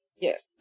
Yes